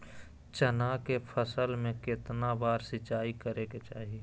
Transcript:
चना के फसल में कितना बार सिंचाई करें के चाहि?